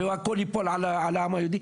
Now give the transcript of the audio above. והכל ייפול על העם היהודי,